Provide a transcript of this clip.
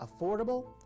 affordable